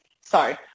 sorry